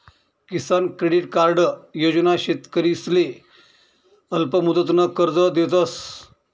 किसान credit card योजना शेतकरीसले अल्पमुदतनं कर्ज देतस